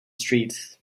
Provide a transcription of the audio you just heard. street